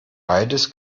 beides